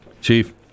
Chief